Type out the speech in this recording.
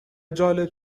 جالب